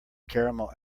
caramel